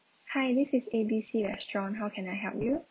hi this is A B C restaurant how can I help you